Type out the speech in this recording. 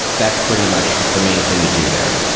that's pretty much the main thing you do there.